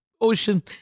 ocean